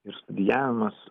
ir studijavimas